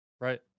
Right